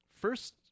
first